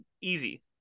easy